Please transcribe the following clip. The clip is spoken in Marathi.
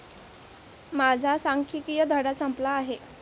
माझा सांख्यिकीय धडा संपला आहे